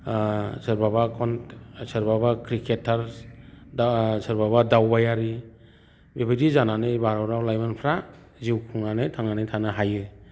सोरबाबा क्रिकेटार दा सोरबाबा दाउबायारि बेबायदि जानानै भारताव लाइमोनफ्रा जिउ खुंनानै थांनानै थानो हायो